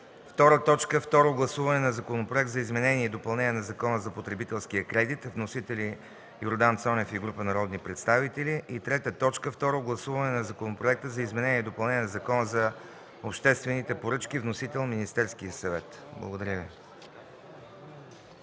Сергей Кичиков. 2. Второ гласуване на Законопроекта за изменение и допълнение на Закона за потребителския кредит с вносители Йордан Цонев и група народни представители. 3. Второ гласуване на Законопроекта за изменение и допълнение на Закона за обществените поръчки с вносител Министерския съвет. Благодаря Ви.